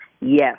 yes